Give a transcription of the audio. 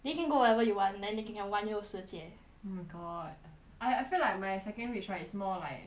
then you can go wherever you want then 你 can 玩游世界 oh my god I I feel like my second wish right is more like